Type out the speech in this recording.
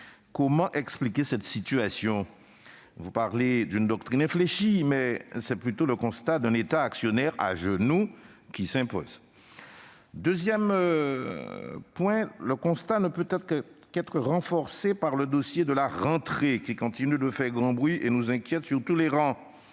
comment expliquer cette situation ? Vous parlez d'une doctrine « infléchie », mais c'est plutôt le constat d'un État actionnaire « à genou » qui s'impose. Deuxième point de mon exposé, ce constat ne peut qu'être renforcé par le dossier de la rentrée, qui continue de faire grand bruit et nous inquiète sur toutes les travées.